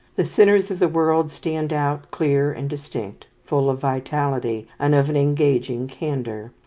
the sinners of the world stand out clear and distinct, full of vitality, and of an engaging candour.